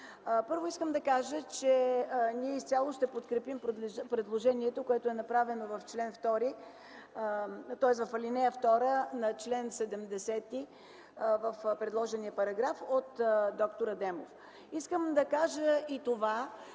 Първо, искам да кажа, че ние изцяло ще подкрепим предложението, което е направено в ал. 2 на чл. 70 – в предложения параграф от д-р Адемов. Искам да кажа и това,